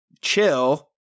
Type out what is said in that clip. chill